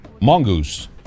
Mongoose